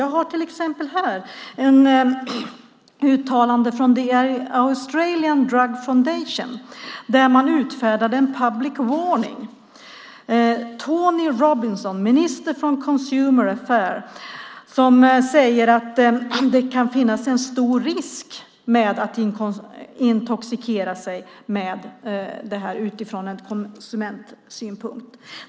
Jag har till exempel här ett uttalande från The Australian Drug Foundation där man utfärdar en public warning. Tony Robinson, Minister for Consumer Affairs, säger att det kan finnas en stor risk med att intoxikera sig med detta utifrån en konsumentsynpunkt.